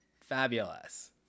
Fabulous